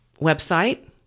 website